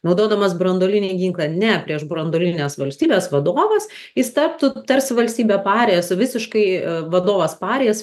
naudodamas branduolinį ginklą ne prieš branduolines valstybes vadovas jis taptų tarsi valstybė parė su visiškai vadovas parijas